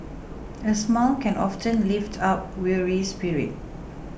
a smile can often lift up a weary spirit